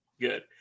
Good